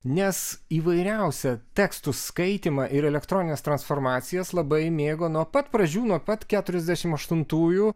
nes įvairiausią tekstų skaitymą ir elektronines transformacijas labai mėgo nuo pat pradžių nuo pat keturiasdešim aštuntųjų